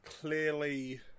clearly